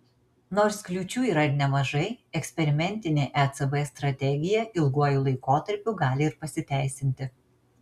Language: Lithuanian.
nors kliūčių yra nemažai eksperimentinė ecb strategija ilguoju laikotarpiu gali ir pasiteisinti